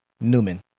newman